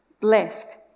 Blessed